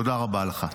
תודה רבה לך.